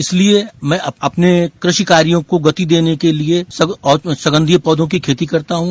इसलिए मैं अपने कृषि कार्यो को गति देने के लिये संघीय पौधों की खेती करता हूं